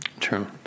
True